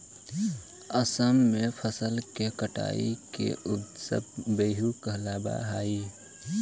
असम में फसल के कटाई के उत्सव बीहू कहलावऽ हइ